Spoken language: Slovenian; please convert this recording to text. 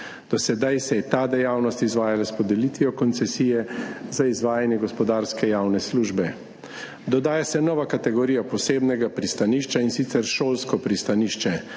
Do zdaj se je ta dejavnost izvajala s podelitvijo koncesije za izvajanje gospodarske javne službe. Dodaja se nova kategorija posebnega pristanišča, in sicer šolsko pristanišče.